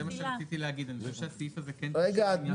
אני חושב שהסעיף הזה כן --- רגע,